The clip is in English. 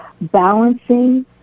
balancing